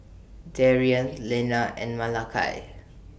Darion Lena and Malakai